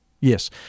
Yes